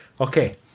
Okay